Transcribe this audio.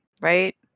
right